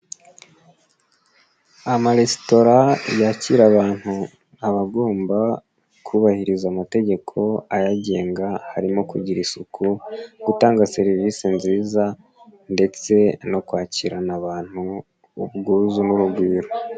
Amaresitora yakira abantu aba agomba kubahiriza amategeko ayagenga harimo kugira isuku, gutanga serivise nziza ndetse no kwakirana abantu ubwuzu n'urugwiro.